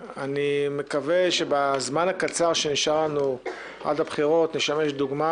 ומקווה שבזמן הקצר שנשאר לנו עד הבחירות נשמש דוגמה,